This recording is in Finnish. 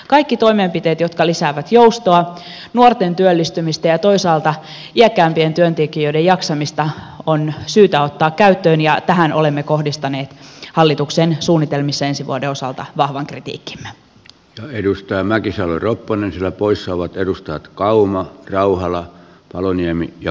kaikki toimenpiteet jotka lisäävät joustoa nuorten työllistymistä ja toisaalta iäkkäämpien työntekijöiden jaksamista on syytä ottaa käyttöön ja tähän olemme hallituksen suunnitelmissa ensi vuoden osalta kohdistaneet vahvan kritiikkimme wton edustaja mäkisalo ropponen ja poissaolot edustajat kaunat rauhala paloniemi ja